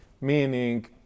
Meaning